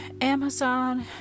Amazon